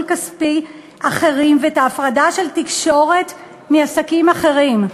כספי אחרים ואת ההפרדה של תקשורת מעסקים אחרים".